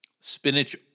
Spinach